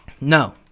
No